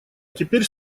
теперь